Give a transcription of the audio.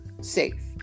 safe